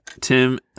Tim